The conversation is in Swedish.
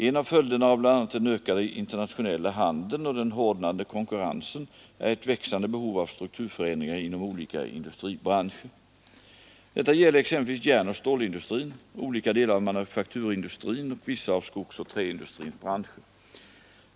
En av följderna av bl.a. den ökade internationella handeln och den hårdnande konkurrensen är ett växande behov av strukturförändringar inom olika industribranscher. Detta gäller exempelvis järnoch stålindustrin, olika delar av manufakturindustrin och vissa av skogsoch träindustrins branscher.